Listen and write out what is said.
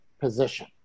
position